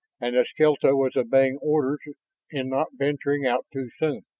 and eskelta was obeying orders in not venturing out too soon.